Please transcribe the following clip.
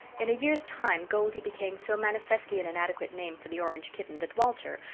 in a year's time goldie became so manifestly an inadequate name for the orange kitten that walter,